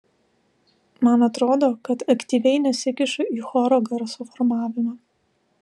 man atrodo kad aktyviai nesikišu į choro garso formavimą